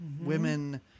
women